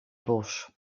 bos